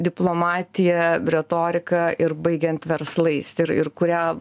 diplomatija retorika ir baigiant verslais ir ir kurią